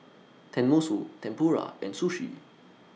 Tenmusu Tempura and Sushi